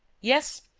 yes,